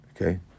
Okay